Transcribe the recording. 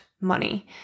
money